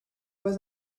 was